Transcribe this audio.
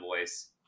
voice